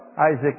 Isaac